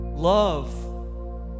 Love